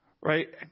right